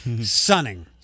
sunning